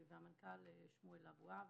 והמנכ"ל שמואל אבוהב.